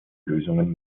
lösungen